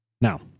Now